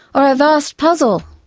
or a vast puzzle.